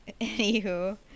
Anywho